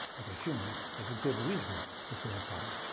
every human, has a good reason for suicide.